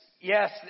Yes